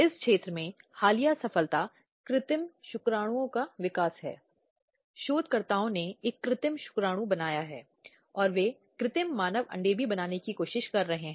जो कई बार हम इस प्रक्रिया में ईव टीजिंग शब्द का उपयोग करते हैं और इस तरह वह अपमानित होती है